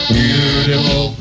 beautiful